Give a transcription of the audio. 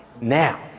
Now